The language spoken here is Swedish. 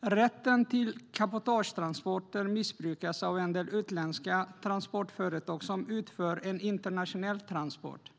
Rätten till cabotagetransporter missbrukas av en del utländska transportföretag som utför en internationell transport.